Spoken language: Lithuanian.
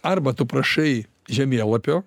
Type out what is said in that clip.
arba tu prašai žemėlapio